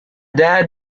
dad